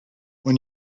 when